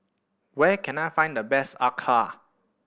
where can I find the best acar